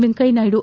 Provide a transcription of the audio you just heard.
Venkaiah Naidu